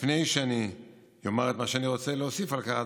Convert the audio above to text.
לפני שאני אומר את מה שאני רוצה להוסיף על כך,